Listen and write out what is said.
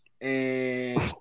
and-